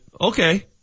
okay